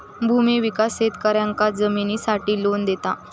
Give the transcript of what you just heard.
भूमि विकास शेतकऱ्यांका जमिनीसाठी लोन देता